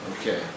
Okay